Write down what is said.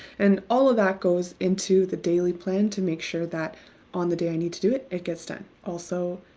and all of that goes into the daily plan to make sure that on the day i need to do it, it gets done. also,